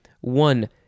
One